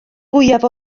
fwyaf